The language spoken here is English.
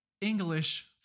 english